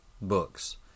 books